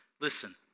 Listen